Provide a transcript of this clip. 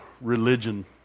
religion